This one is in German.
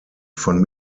von